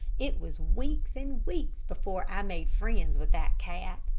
it was weeks and weeks before i made friends with that cat.